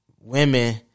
women